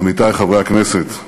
עמיתי חברי הכנסת,